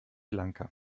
lanka